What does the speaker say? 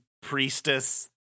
priestess